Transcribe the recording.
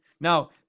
Now